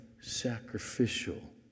sacrificial